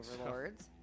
overlords